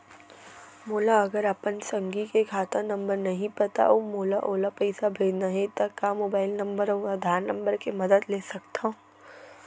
मोला अगर अपन संगी के खाता नंबर नहीं पता अऊ मोला ओला पइसा भेजना हे ता का मोबाईल नंबर अऊ आधार नंबर के मदद ले सकथव?